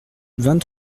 vingt